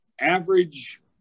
average